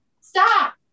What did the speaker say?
Stop